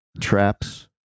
traps